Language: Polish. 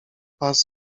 pas